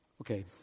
Okay